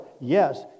Yes